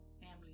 family